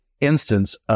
instance